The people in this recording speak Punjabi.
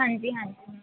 ਹਾਂਜੀ ਹਾਂਜੀ